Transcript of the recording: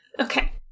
Okay